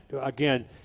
again